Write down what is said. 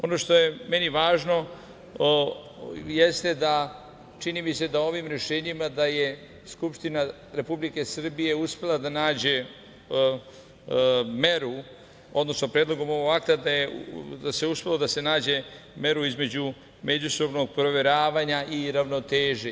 Ono što je meni važno jeste – čini mi se da je ovim rešenjima Skupština Republike Srbije uspela da nađe meru, odnosno predlogom ovog akta je uspela da se nađe mera između međusobnog proveravanja i ravnoteže.